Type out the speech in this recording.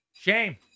Shame